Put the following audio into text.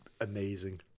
Amazing